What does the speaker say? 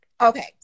okay